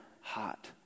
hot